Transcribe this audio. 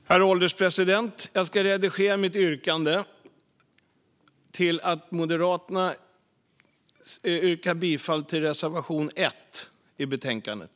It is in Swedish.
Herr ålderspresident! Jag ska bara tillägga att Moderaterna yrkar bifall till reservation 1 i betänkandet.